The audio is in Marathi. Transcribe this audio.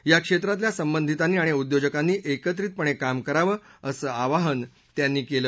या क्षेत्रातल्या संबंधितांनी आणि उद्योजकांनी एकत्रितपणे काम करावं असं आवाहन त्यांनी केलं